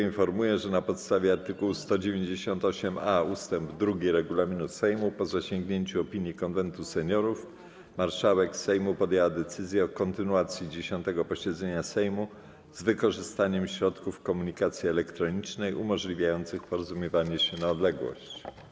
Informuję, że na podstawie art. 198a ust. 2 regulaminu Sejmu, po zasięgnięciu opinii Konwentu Seniorów, marszałek Sejmu podjęła decyzję o kontynuacji 10. posiedzenia Sejmu z wykorzystaniem środków komunikacji elektronicznej umożliwiających porozumiewanie się na odległość.